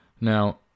Now